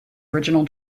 original